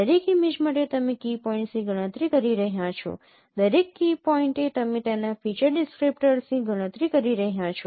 દરેક ઇમેજ માટે તમે કી પોઇન્ટ્સની ગણતરી કરી રહ્યાં છો દરેક કી પોઈન્ટએ તમે તેના ફીચર ડિસક્રીપ્ટર્સની ગણતરી કરી રહ્યા છો